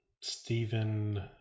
Stephen